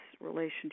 relationship